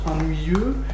ennuyeux